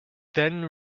then